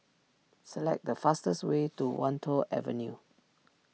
select the fastest way to Wan Tho Avenue